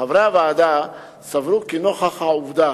חברי הוועדה סברו כי נוכח העובדה